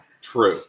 True